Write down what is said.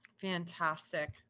Fantastic